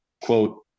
quote